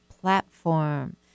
platform